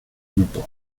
grupos